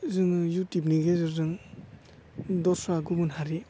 जोङो इउथुबनि गेजेरजों दस्रा गुबुन हारि